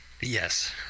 Yes